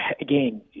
again